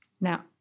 Now